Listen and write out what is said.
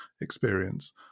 experience